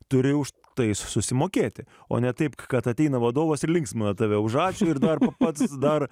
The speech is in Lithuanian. turi už tai susimokėti o ne taip kad ateina vadovas ir linksmina tave už ačiū ir dar pats dar